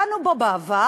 דנו בו בעבר